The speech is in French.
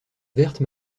vertes